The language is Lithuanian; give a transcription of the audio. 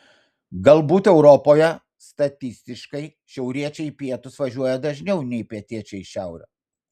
galbūt europoje statistiškai šiauriečiai į pietus važiuoja dažniau nei pietiečiai į šiaurę